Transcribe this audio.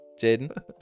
Jaden